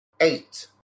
Eight